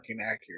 accurate